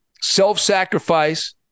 self-sacrifice